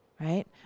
right